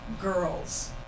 girls